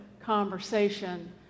conversation